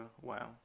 Wow